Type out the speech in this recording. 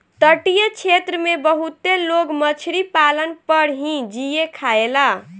तटीय क्षेत्र में बहुते लोग मछरी पालन पर ही जिए खायेला